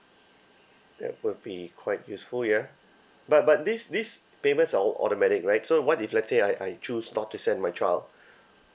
that would be quite useful ya but but these these payments are all automatic right so what if let's say I I choose not to send my child